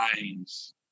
minds